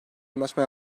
anlaşma